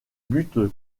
but